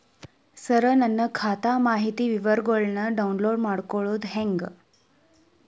ಸರ ನನ್ನ ಖಾತಾ ಮಾಹಿತಿ ವಿವರಗೊಳ್ನ, ಡೌನ್ಲೋಡ್ ಮಾಡ್ಕೊಳೋದು ಹೆಂಗ?